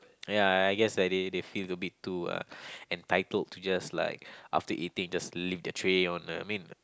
ya I guess like they they feel a bit too uh entitled to just like after eating just leave the tray on I mean